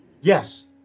Yes